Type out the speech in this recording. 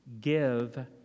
give